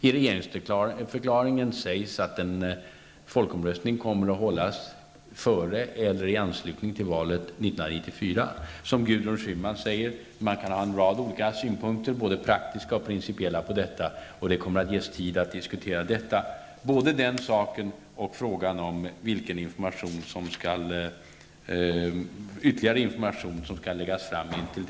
I regeringsförklaringen står det att en folkomröstning kommer att hållas före eller i anslutning till valet 1994. Som Gudrun Schyman sade kan man ha en rad olika synpunkter, både praktiska och principiella. Det kommer att ges tid att diskutera detta, både den saken och frågan om vilken ytterligare information som skall lämnas innan dess.